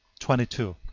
twenty two.